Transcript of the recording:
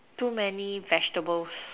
too many vegetables